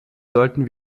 sollten